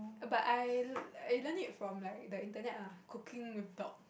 but I I learn it from the internet lah cooking with dog